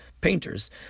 painters